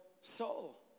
soul